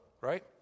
right